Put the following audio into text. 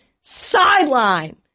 sideline